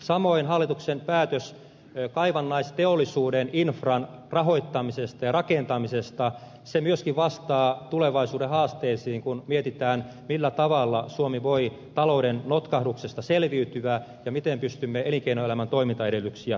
samoin hallituksen päätös kaivannaisteollisuuden infran rahoittamisesta ja rakentamisesta vastaa myöskin tulevaisuuden haasteisiin kun mietitään millä tavalla suomi voi talouden notkahduksesta selviytyä ja miten pystymme elinkeinoelämän toimintaedellytyksiä turvaamaan